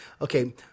Okay